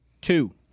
two